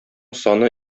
саны